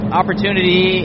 opportunity